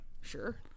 Sure